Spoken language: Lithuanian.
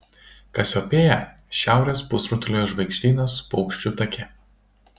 kasiopėja šiaurės pusrutulio žvaigždynas paukščių take